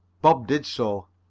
bob did so.